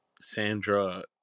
Sandra